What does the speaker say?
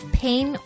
pain